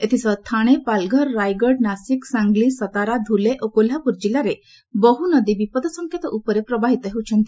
ଏଥିସହ ଥାଣେ ପାଲ୍ଘର୍ ରାଇଗଡ଼ ନାଶିକ୍ ସାଙ୍ଗ୍ଲି ସତାରା ଧୁଲେ କୋହ୍ଲାପୁର କିଲ୍ଲାରେ ବହୁ ନଦୀ ବିପଦ ସଙ୍କେତ ଉପରେ ପ୍ରବାହିତ ହେଉଛି